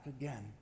again